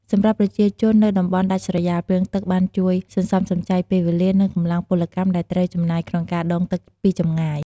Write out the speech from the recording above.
សម្រាប់ប្រជាជននៅតំបន់ដាច់ស្រយាល ពាងទឹកបានជួយសន្សំសំចៃពេលវេលា និងកម្លាំងពលកម្មដែលត្រូវចំណាយក្នុងការដងទឹកពីចម្ងាយ។